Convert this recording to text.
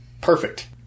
Perfect